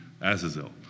Azazel